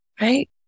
right